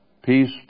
Peace